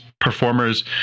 performers